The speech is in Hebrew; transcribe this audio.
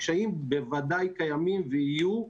הקשיים בוודאי קיימים ויהיו,